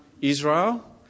Israel